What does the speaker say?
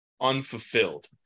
unfulfilled